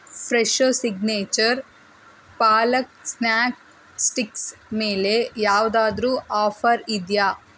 Fresho signature palak snack sticks ಮೇಲೆ ಯಾವುದಾದ್ರೂ offer ಇದೆಯಾ